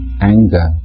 anger